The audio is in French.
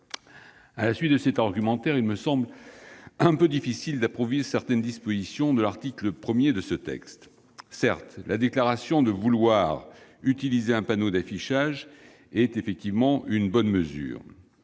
À la suite de cet argumentaire, il me semble un peu difficile d'approuver certaines dispositions de l'article 1 de ce texte. Certes, la déclaration d'une intention d'utiliser un panneau d'affichage est une bonne mesure.